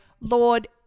Lord